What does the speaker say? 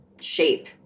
shape